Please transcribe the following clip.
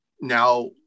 Now